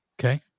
okay